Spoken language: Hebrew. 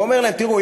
ואומר להם: תראו,